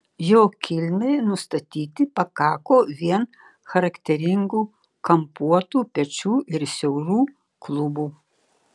jo kilmei nustatyti pakako vien charakteringų kampuotų pečių ir siaurų klubų